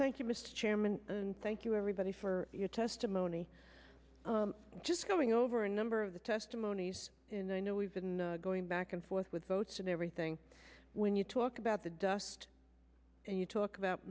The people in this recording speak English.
thank you mr chairman thank you everybody for your testimony just going over a number of the testimonies and i know we've been going back and forth with votes and everything when you talk about the dust and you talk about